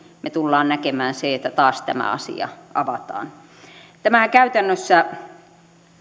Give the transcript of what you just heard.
me tulemme näkemään sen että taas tämä asia avataan tämä käytännössä